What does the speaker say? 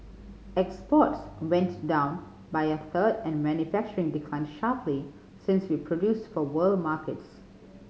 exports went down by a third and manufacturing declined sharply since we produced for world markets